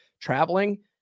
traveling